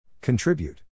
Contribute